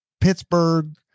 Pittsburgh